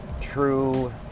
true